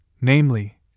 namely